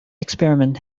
experiment